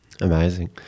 Amazing